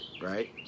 right